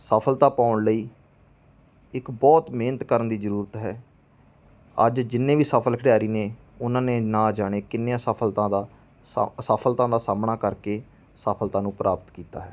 ਸਫਲਤਾ ਪਾਉਣ ਲਈ ਇੱਕ ਬਹੁਤ ਮਿਹਨਤ ਕਰਨ ਦੀ ਜ਼ਰੂਰਤ ਹੈ ਅੱਜ ਜਿੰਨੇ ਵੀ ਸਫਲ ਖਿਡਾਰੀ ਨੇ ਉਹਨਾਂ ਨੇ ਨਾ ਜਾਣੇ ਕਿੰਨੀਆਂ ਸਫਲਤਾਂ ਦਾ ਸਾ ਅਸਫਲਤਾ ਦਾ ਸਾਹਮਣਾ ਕਰਕੇ ਸਫਲਤਾ ਨੂੰ ਪ੍ਰਾਪਤ ਕੀਤਾ ਹੈ